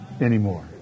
anymore